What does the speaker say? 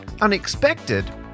unexpected